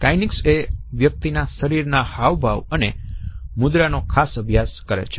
kinesics એ વ્યક્તિના શરીરના હાવભાવ અને મુદ્રાનો ખાસ અભ્યાસ કરે છે